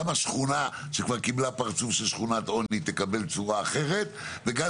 גם השכונה שכבר קיבלה פרצוף של שכונת עוני תקבל צורה אחרת וגם